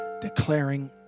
declaring